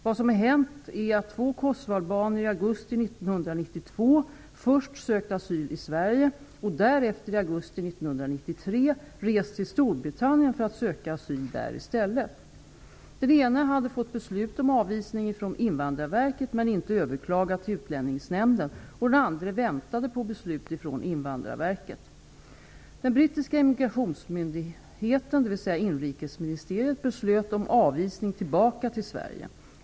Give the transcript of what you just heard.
Vad som hänt är att två kosovoalbaner i augusti 1992 först sökt asyl i Sverige och därefter i augusti 1993 rest till Storbritannien för att söka asyl där i stället. Den ene hade fått beslut om avvisning från Invandrarverket men inte överklagat till Utlänningsnämnden. Den andre väntade på beslut från Invandrarverket. Den brittiska immigrationsmyndigheten, dvs. Inrikesministeriet, beslöt om avvisning tillbaka till Sverige.